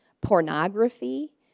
pornography